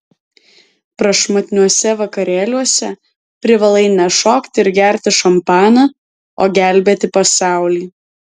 prašmatniuose vakarėliuose privalai ne šokti ir gerti šampaną o gelbėti pasaulį